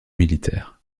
militaire